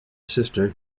sister